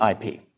IP